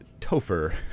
Topher